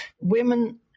Women